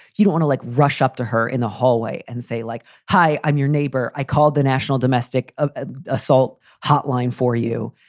you want to, like, rush up to her in the hallway and say, like, hi, i'm your neighbor. i call the national domestic ah assault hotline for you.